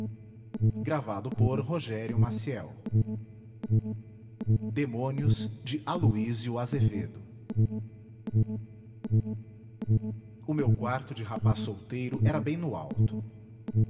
demônios aluísio azevedo o meu quarto de rapaz solteiro era bem no alto